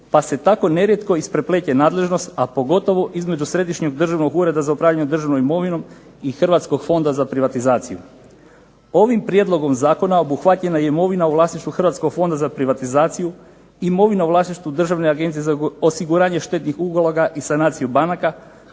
pa se tako nerijetko isprepleće nadležnost, a pogotovo između Središnjeg državnog ureda za upravljanje državnom imovinom i Hrvatskog fonda za privatizaciju. Ovim prijedlogom zakona obuhvaćena je imovina u vlasništvu Hrvatskog fonda za privatizaciju, imovina u vlasništvu Državne agencija za osiguranje štednih uloga i sanaciju banaka